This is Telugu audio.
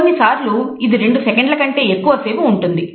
కొన్నిసార్లు ఇది రెండు సెకండ్ల కంటే ఎక్కువ సేపు ఉంటుంది